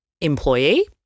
employee